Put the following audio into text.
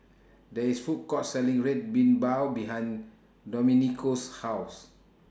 There IS Food Court Selling Red Bean Bao behind Domenico's House